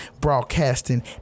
broadcasting